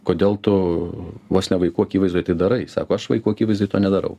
kodėl tu vos ne vaikų akivaizdoj tai darai sako aš vaikų akivaizdoj to nedarau